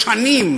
ישנים.